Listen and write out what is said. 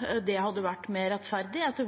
hadde det vært mer rettferdig,